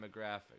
demographic